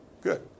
good